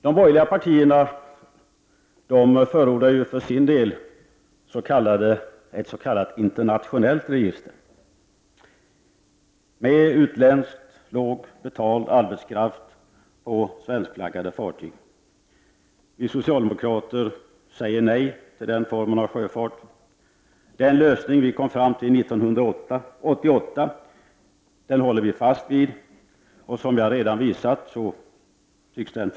De borgerliga partierna förordar för sin del ett s.k. internationellt register, med utländsk, lågt betald arbetskraft på svenskflaggade fartyg. Vi socialdemokrater säger nej till den formen av sjöfart. Den lösning vi kom fram till 1988 håller vi fast vid, och den tycks, som jag redan har visat, fungera bra.